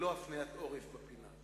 ולא בהפניית עורף בפינה.